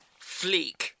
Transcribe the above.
Fleek